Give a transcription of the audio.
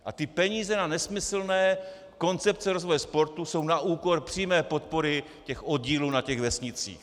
A ty peníze na nesmyslné koncepce rozvoje sportu jsou na úkor přímé podpory oddílů na vesnicích.